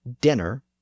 dinner